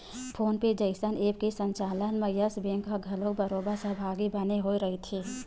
phone पे जइसन app के संचालन म यस बेंक ह घलोक बरोबर सहभागी बने होय रहिथे